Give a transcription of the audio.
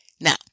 Now